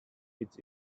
its